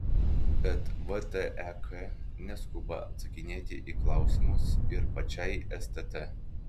bet vtek neskuba atsakinėti į klausimus ir pačiai stt